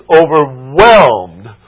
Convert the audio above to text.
overwhelmed